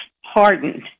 hardened